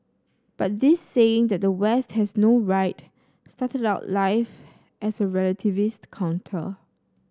but this saying that the West has no right started out life as a relativist counter